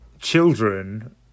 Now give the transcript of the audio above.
children